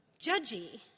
judgy